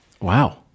Wow